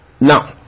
Now